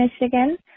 Michigan